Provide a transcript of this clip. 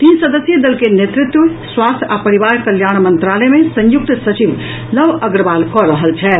तीन सदस्यीय दल के नेतृत्व स्वास्थ्य आ परिवार कल्याण मंत्रालय मे संयुक्त सचिव लव अग्रवाल कऽ रहल छथि